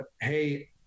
hey